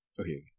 okay